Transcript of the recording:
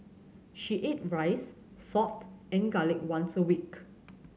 she ate rice salt and garlic once a week